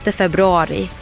februari